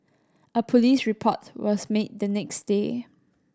a police report was made the next day